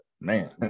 man